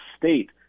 State